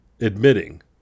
admitting